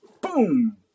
boom